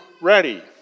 ready